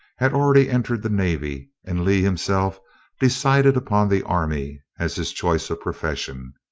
had already entered the navy, and lee himself decided upon the army, as his choice of profession.